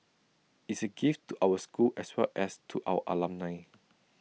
is A gift to our school as well as to our alumni